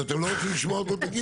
אם אתם לא רוצים לשמוע אותו תגידו.